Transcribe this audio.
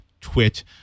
twit